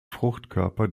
fruchtkörper